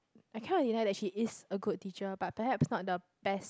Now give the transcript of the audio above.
I cannot deny that she is a good teacher but perhaps not the best